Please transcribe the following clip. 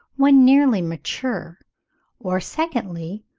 when nearly mature or, secondly,